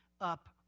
up